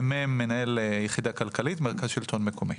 מ"מ מנהל יחידה כלכלית מרכז שלטון מקומי.